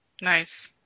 Nice